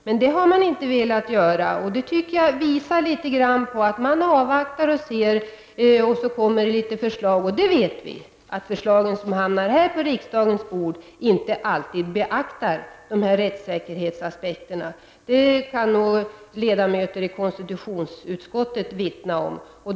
Men det har man inte velat göra, utan man vill avvakta och se vilka förslag som kan komma. Men vi vet ju att de förslag som kommer på riksdagens bord inte alltid tillgodoser rättssäkerhetsaspekterna. Det kan nog konstitutionsutskottets ledamöter vittna om.